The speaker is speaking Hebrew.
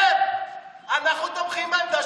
בזמן שמיליוני ילדים נשארים בבית,